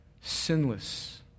sinless